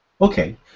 Okay